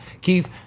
Keith